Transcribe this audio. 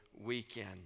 weekend